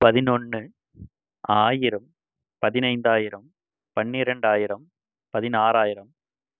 பதினொன்ரு ஆயிரம் பதினைந்தாயிரம் பன்னிரெண்டாயிரம் பதினாறாயிரம்